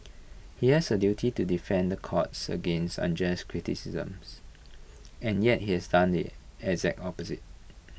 he has A duty to defend the courts against unjust criticisms and yet he has done the exact opposite